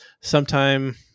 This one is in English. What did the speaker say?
sometime